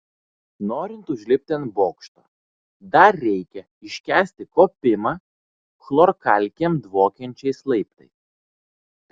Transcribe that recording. norint užlipti ant bokšto dar reikia iškęsti kopimą chlorkalkėm dvokiančiais laiptais